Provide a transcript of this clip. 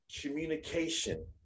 communication